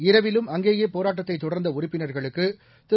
இரவிலும் அங்கேயே போராட்டத்தைத் தொடர்ந்த உறுப்பினர்களுக்கு திரு